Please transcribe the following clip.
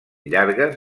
llargues